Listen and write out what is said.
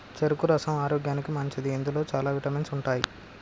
చెరుకు రసం ఆరోగ్యానికి మంచిది ఇందులో చాల విటమిన్స్ ఉంటాయి